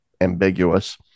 ambiguous